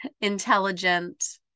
intelligent